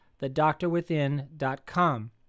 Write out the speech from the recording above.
thedoctorwithin.com